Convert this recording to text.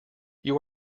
you